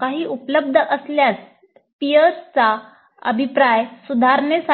काही उपलब्ध असल्यास पीअरचा संबंध असतो